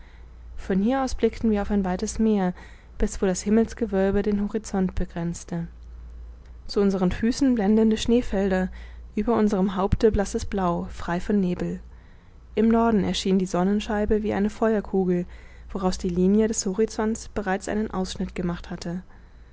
von hier aus blickten wir auf ein weites meer bis wo das himmelsgewölbe den horizont begrenzte zu unseren füßen blendende schneefelder über unserem haupte blasses blau frei von nebel im norden erschien die sonnenscheibe wie eine feuerkugel woraus die linie des horizonts bereits einen ausschnitt gemacht hatte